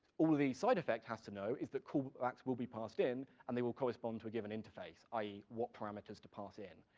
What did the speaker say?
all the side effect has to know is that callbacks will be passed in, and they will correspond to a given interface, i e, what parameters to pass in.